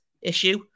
issue